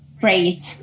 Breathe